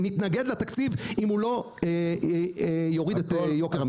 נתנגד לתקציב אם הוא לא יוריד את יוקר המחיה.